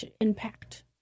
Impact